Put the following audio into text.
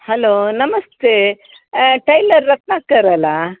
hello ನಮಸ್ತೆ tailor Ratnakar ಅಲ್ಲಾ